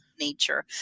nature